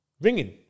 Ringing